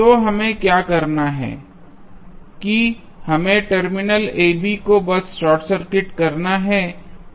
तो हमें क्या करना है कि हमें टर्मिनलों ab को बस शॉर्ट सर्किट करना है